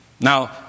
Now